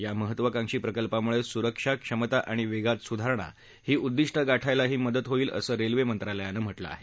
या महत्वकांक्षी प्रकल्पामुळे सुरक्षा क्षमता आणि वेगात सुधारणा ही उद्दीष्ट गाठायलाही मदत होईल असं रेल्वे मंत्रालयानं म्हटलं आहे